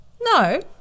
No